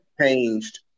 changed